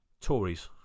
Tories